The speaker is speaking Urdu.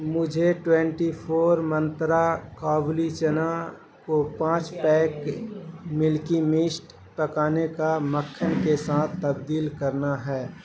مجھے ٹوینٹی فور منترا کابلی چنا کو پانچ پیک ملکی مسٹ پکانے کا مکھن کے ساتھ تبدیل کرنا ہے